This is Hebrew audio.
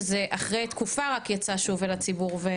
שרק אחרי תקופה זה יצא שוב אל הציבור.